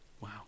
wow